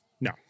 No